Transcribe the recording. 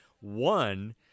one